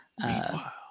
Meanwhile